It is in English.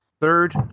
third